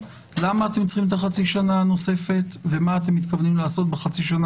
למה אתם צריכים את החצי שנה הנוספת ומה אתם מתכוונים לעשות בחצי שנה